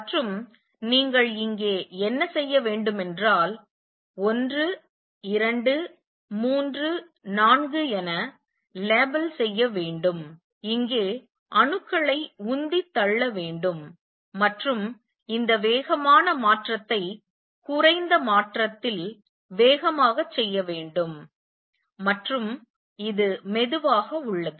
மற்றும் நீங்கள் இங்கே என்ன செய்ய வேண்டுமென்றால் 1 2 3 4 என லேபிள் செய்ய வேண்டும் இங்கே அணுக்களை உந்தித் தள்ள வேண்டும் மற்றும் இந்த வேகமான மாற்றத்தை குறைந்த மாற்றத்தில் வேகமாக செய்ய வேண்டும் மற்றும் இந்த மெதுவாக உள்ளது